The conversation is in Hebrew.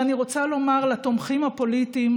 ואני רוצה לומר לתומכים הפוליטיים,